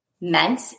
meant